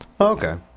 Okay